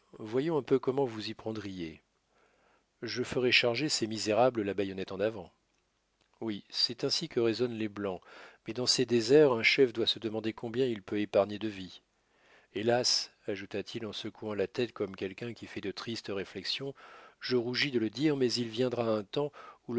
voyons un peu comment vous vous y prendriez je ferais charger ces misérables la baïonnette en avant oui c'est ainsi que raisonnent les blancs mais dans ces déserts un chef doit se demander combien il peut épargner de vies hélas ajouta-t-il en secouant la tête comme quelqu'un qui fait de tristes réflexions je rougis de le dire mais il viendra un temps